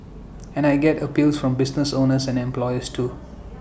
and I get appeals from business owners and employers too